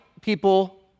people